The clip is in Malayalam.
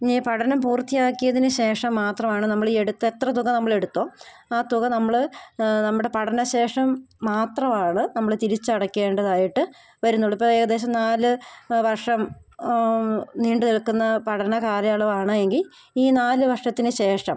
ഇനി പഠനം പൂർത്തിയാക്കിയതിന് ശേഷം മാത്രമാണ് നമ്മൾ ഈ എടുത്ത അത്ര തുക നമ്മൾ എടുത്തോ ആ തുക നമ്മൾ നമ്മുടെ പഠന ശേഷം മാത്രമാണ് നമ്മൾ തിരിച്ചടയ്ക്കേണ്ടത് ആയിട്ട് വരുന്നുള്ളൂ ഇപ്പം ഏകദേശം നാല് വർഷം നീണ്ട് നിൽക്കുന്ന പഠന കാലയളവാണ് എങ്കിൽ ഈ നാല് വർഷത്തിന് ശേഷം